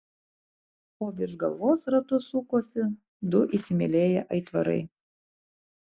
o virš galvos ratu sukosi du įsimylėję aitvarai